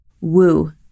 woo